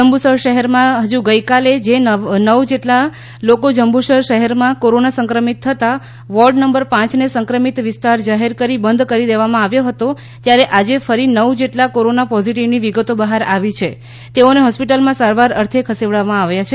જંબુસર શહેરમાં હજુ ગઈ કાલે જે નવ જેટલા લોકો જંબુસર શહેરમાં કોરોના સંક્રમિતથતાં વોર્ડ નંબર પાંચને સંક્રમિત વિસ્તાર જાહેર કરી બંધ કરી દેવામાં આવ્યો હતો ત્યારે આજે ફરી નવ જેટલા કોરોના પોઝિટિવની વિગતો બહાર આવી છે તેઓને હોસ્પિટલમાં સારવાર અર્થે ખસેડવામાં આવ્યા છે